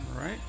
right